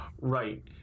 Right